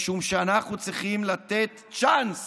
משום שאנחנו צריכים לתת צ'אנס